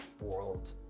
world